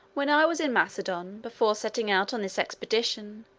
when i was in macedon, before setting out on this expedition,